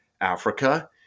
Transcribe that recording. Africa